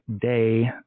day